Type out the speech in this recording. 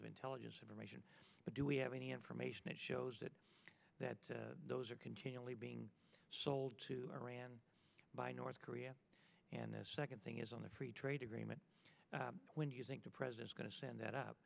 of intelligence information but do we have any information that shows that that those are continually being sold to iran by north korea and the second thing is on the free trade agreement when you think the president's going to send that